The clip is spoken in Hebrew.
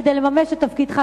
כדי לממש את תפקידך,